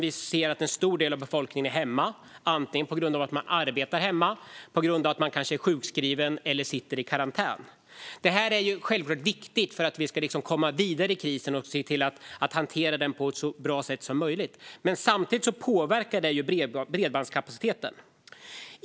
Vi ser att en stor del av befolkningen är hemma, antingen på grund av att man arbetar hemma eller på grund av att man är sjukskriven eller sitter i karantän. Detta är självfallet viktigt för att vi ska komma vidare i krisen och se till att den hanteras på ett så bra sätt som möjligt, men det påverkar samtidigt bredbandskapaciteten.